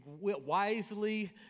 wisely